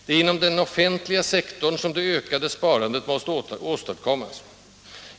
—- Det är inom den offentliga sektorn som det ökade sparandet måste åstadkommas.